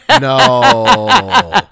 No